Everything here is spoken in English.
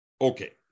Okay